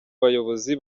bayobozi